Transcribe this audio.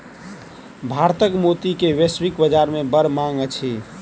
भारतक मोती के वैश्विक बाजार में बड़ मांग अछि